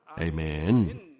Amen